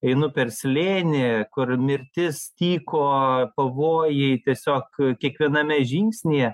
einu per slėnį kur mirtis tyko pavojai tiesiog kiekviename žingsnyje